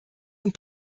und